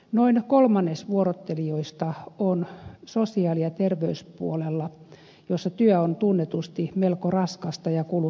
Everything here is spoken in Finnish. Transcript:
noin kolmannes vuorottelijoista on sosiaali ja terveyspuolella jossa työ on tunnetusti melko raskasta ja kuluttavaa